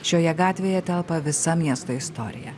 šioje gatvėje telpa visa miesto istorija